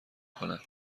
کند